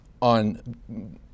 on